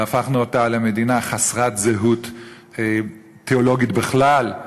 והפכנו את המדינה למדינה חסרת זהות תיאולוגית בכלל,